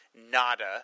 Nada